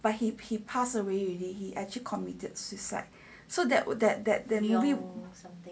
but he passed away already he actually committed suicide so that that that the movie